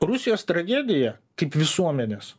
rusijos tragedija kaip visuomenės